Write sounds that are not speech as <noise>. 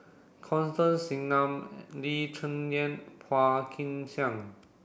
Constance Singam <unintelligible> Lee Cheng Yan Phua Kin Siang